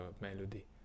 melody